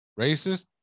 Racist